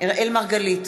אראל מרגלית,